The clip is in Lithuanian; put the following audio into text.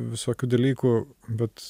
visokių dalykų bet